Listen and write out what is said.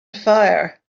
fire